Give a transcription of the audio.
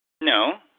No